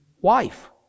wife